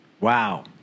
Wow